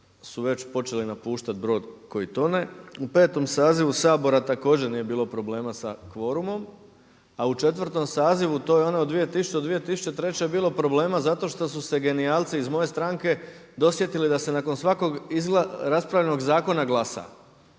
su već počeli napuštati brod koji tone, u 5. sazivu Sabora također nije bilo problema sa kvorumom, a u 4. sazivu to je onaj od 2000. do 2003. je bilo problema zato što su se genijalci iz moje stranke dosjetili da se nakon svakog raspravljenog zakona glasa.